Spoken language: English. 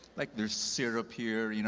like there's syrup here, you know